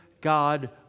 God